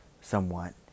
somewhat